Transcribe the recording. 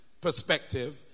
perspective